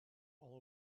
all